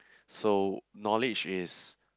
so knowledge is